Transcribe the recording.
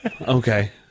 Okay